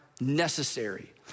necessary